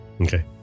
Okay